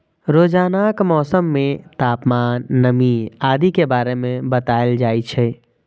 रोजानाक मौसम मे तापमान, नमी आदि के बारे मे बताएल जाए छै